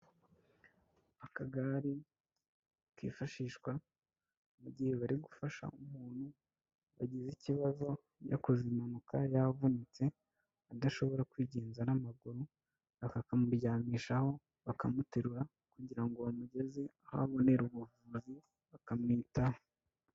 Akagare kifas hishwa mu gihe bari gufasha bakamwitaho